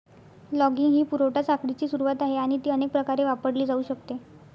logging ही पुरवठा साखळीची सुरुवात आहे आणि ती अनेक प्रकारे वापरली जाऊ शकते